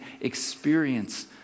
experience